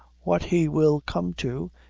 what he will come too,